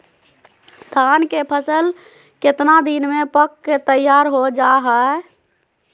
धान के फसल कितना दिन में पक के तैयार हो जा हाय?